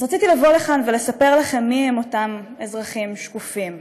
אז רציתי לבוא לכאן ולספר לכם מי הם אותם אזרחים שקופים.